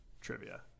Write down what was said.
trivia